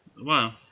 wow